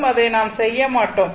நாம் அதை செய்ய மாட்டோம்